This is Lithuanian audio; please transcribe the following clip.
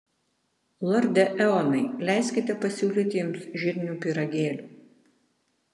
lorde eonai leiskite pasiūlyti jums žirnių pyragėlių